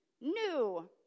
new